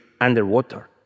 underwater